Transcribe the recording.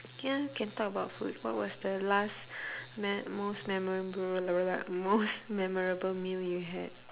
ya can talk about food what was the last me~ most memorable most memorable meal you had